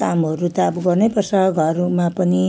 कामहरू त अब गर्नै पर्छ घरमा पनि